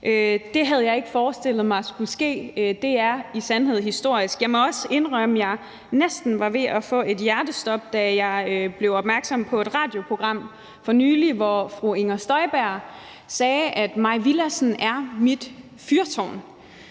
Det havde jeg ikke forestillet mig skulle ske. Det er i sandhed historisk. Jeg må også indrømme, at jeg næsten var ved at få et hjertestop, da jeg blev opmærksom på et radioprogram for nylig, hvor fru Inger Støjberg sagde: Mai Villadsen er mit fyrtårn.